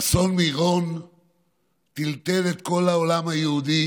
אסון מירון טלטל את כל העולם היהודי